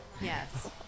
Yes